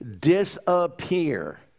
disappear